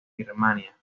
birmania